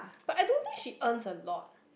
but I don't think she earns a lot